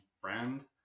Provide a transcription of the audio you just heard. friend